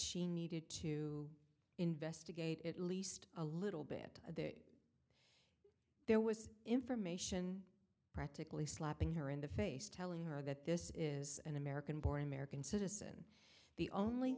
she needed to investigate at least a little bit of that there was information practically slapping her in the face telling her that this is an american born american citizen the only